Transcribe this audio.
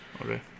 okay